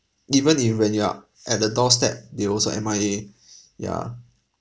even if when you are at the doorstep they also M_I_A ya